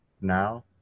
now